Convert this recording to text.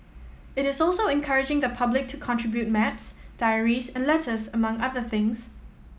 it is also encouraging the public to contribute maps diaries and letters among other things